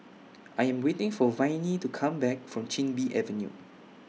I Am waiting For Viney to Come Back from Chin Bee Avenue